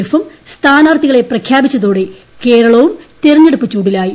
എഫും സ്ഥാനാർത്ഥികളെ പ്രഖ്യാപിച്ചതോടെ കേര്ളവും തിരഞ്ഞെടുപ്പ് ചൂടിലായി